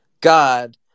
God